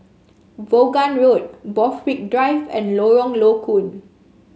Vaughan Road Borthwick Drive and Lorong Low Koon